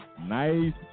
Nice